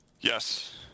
Yes